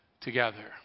together